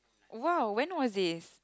!wow! when was this